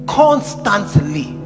constantly